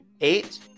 eight